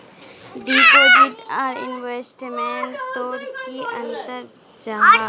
Deposit आर investment तोत की अंतर जाहा?